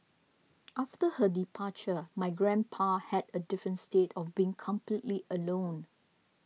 after her departure my grandpa had a different state of being completely alone